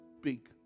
speak